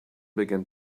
began